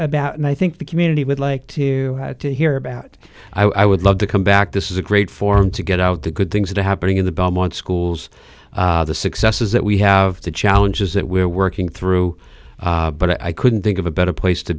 about and i think the community would like to hear about i would love to come back this is a great form to get out the good things that are happening in the belmont schools the successes that we have the challenges that we're working through but i couldn't think of a better place to